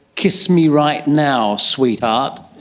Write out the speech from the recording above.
kiss me right now, sweetheart.